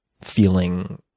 feeling